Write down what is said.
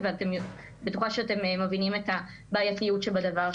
אני בטוחה שאתם מבינים את הבעייתיות שבדבר.